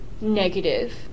negative